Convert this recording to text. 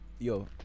Yo